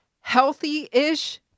healthy-ish